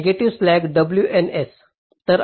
negative slack WNS